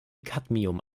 cadmium